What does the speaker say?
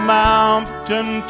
mountain